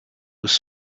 was